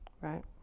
Right